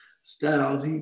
styles